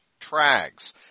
trags